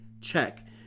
Check